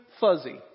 fuzzy